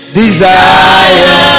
desire